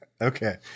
Okay